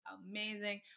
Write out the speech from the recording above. amazing